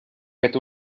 fet